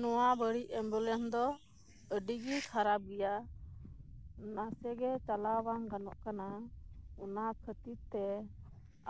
ᱱᱚᱣᱟ ᱵᱟᱹᱲᱤᱡ ᱮᱢᱵᱩᱞᱮᱱᱥ ᱫᱚ ᱟᱹᱰᱤ ᱜᱮ ᱠᱷᱟᱨᱟᱯ ᱜᱮᱭᱟ ᱚᱱᱟ ᱛᱮᱜᱮ ᱪᱟᱞᱟᱣ ᱵᱟᱝ ᱜᱟᱱᱚᱜ ᱠᱟᱱᱟ ᱚᱱᱟ ᱠᱷᱟᱹᱛᱤᱨ ᱛᱮ